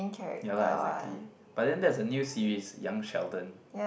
ya lah exactly but then that's a new series young Sheldon